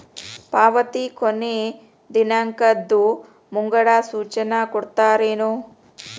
ಪಾವತಿ ಕೊನೆ ದಿನಾಂಕದ್ದು ಮುಂಗಡ ಸೂಚನಾ ಕೊಡ್ತೇರೇನು?